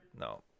No